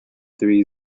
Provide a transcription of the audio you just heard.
three